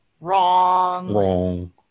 wrong